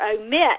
omit